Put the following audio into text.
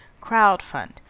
crowdfund